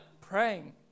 praying